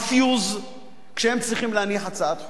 הפיוז שהם צריכים להניח הצעת חוק כזאת?